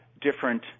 different